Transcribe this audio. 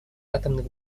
атомных